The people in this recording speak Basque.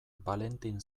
valentin